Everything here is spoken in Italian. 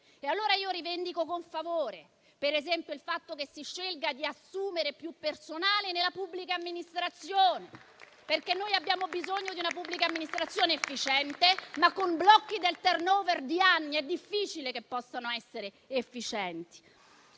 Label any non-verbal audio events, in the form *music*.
sostenere. Rivendico con favore, per esempio, il fatto che si scelga di assumere più personale nella pubblica amministrazione, *applause* perché abbiamo bisogno di una pubblica amministrazione efficiente, ma con blocchi del *turnover* di anni è difficile che possano essere efficienti.